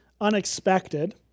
unexpected